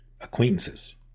acquaintances